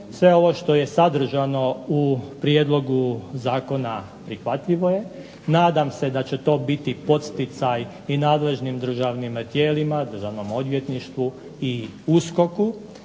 sve ovo što je sadržano u prijedlogu zakona prihvatljivo je. Nadam se da će to biti poticaj i nadležnim državnim tijelima, Državnom odvjetništvu i USKOK-u